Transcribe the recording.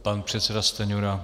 Pan předseda Stanjura.